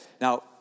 now